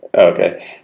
Okay